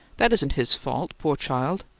that isn't his fault, poor child!